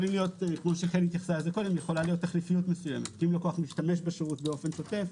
יכולה להיות תחליפיות מסוימת אם הלקוח משתמש בשירות באופן שוטף,